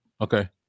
okay